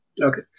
Okay